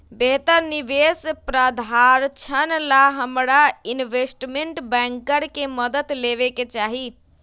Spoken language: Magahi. बेहतर निवेश प्रधारक्षण ला हमरा इनवेस्टमेंट बैंकर के मदद लेवे के चाहि